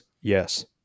Yes